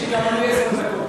יש לי גם עשר דקות.